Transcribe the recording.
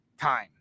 time